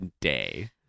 day